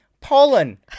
pollen